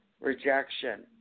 rejection